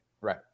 right